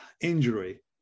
injury